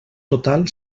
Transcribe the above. total